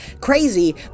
crazy